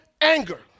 anger